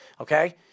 Okay